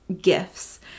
gifts